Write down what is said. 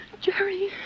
Jerry